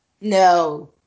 No